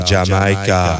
Jamaica